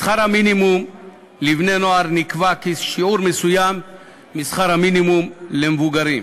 שכר המינימום לבני-נוער נקבע כשיעור מסוים משכר המינימום למבוגרים,